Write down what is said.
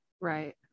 right